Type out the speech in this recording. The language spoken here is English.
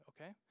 okay